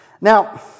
Now